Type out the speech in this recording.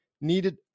needed